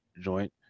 joint